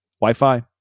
Wi-Fi